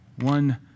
one